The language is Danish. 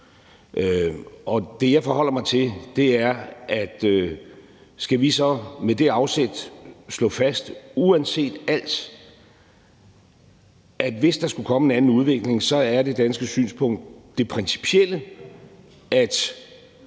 Og det, jeg forholder mig til, er, om vi så med det afsæt skal slå fast, uanset alt, at hvis der skulle komme en anden udvikling, så er det danske synspunkt principielt, at